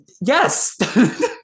yes